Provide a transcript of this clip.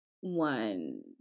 one